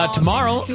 tomorrow